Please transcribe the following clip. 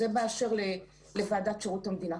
זה באשר לוועדת שירות המדינה.